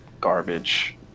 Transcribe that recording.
garbage